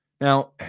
Now